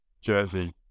jersey